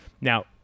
Now